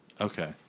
Okay